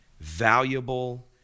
valuable